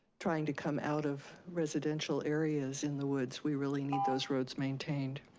trying to come out of residential areas in the woods. we really need those roads maintained.